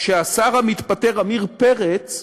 שהשר המתפטר עמיר פרץ,